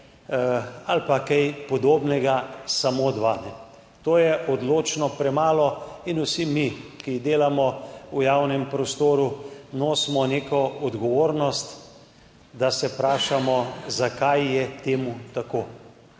ali pa kaj podobnega samo dva. To je odločno premalo. Vsi mi, ki delamo v javnem prostoru, nosimo neko odgovornost, da se vprašamo, zakaj je to tako.